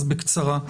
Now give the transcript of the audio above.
אז בבקשה בקצרה.